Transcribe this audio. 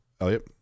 Elliot